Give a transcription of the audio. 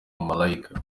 malaika